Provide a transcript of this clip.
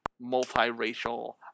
multiracial